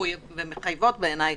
ומחייבות בעיני,